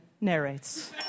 narrates